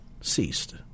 ceased